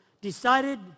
decided